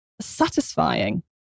satisfying